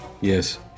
Yes